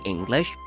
English